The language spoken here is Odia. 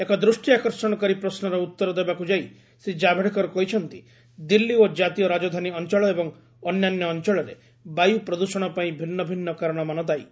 ଏକ ଦୃଷ୍ଟି ଆକର୍ଷଣକାରୀ ପ୍ରଶ୍ନର ଉତ୍ତର ଦେବାକୁ ଯାଇ ଶ୍ରୀ ଜାଭଡେକର କହିଛନ୍ତି ଦିଲ୍ଲୀ ଓ ଜାତୀୟ ରାଜଧାନୀ ଅଞ୍ଚଳ ଏବଂ ଅନ୍ୟାନ୍ୟ ଅଞ୍ଚଳରେ ବାୟୁ ପ୍ରଦୂଷଣ ପାଇଁ ଭିନ୍ନ ଭିନ୍ନ କାରଣମାନ ଦାୟୀ